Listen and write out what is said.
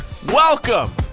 Welcome